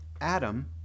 Adam